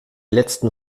letzten